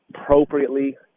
appropriately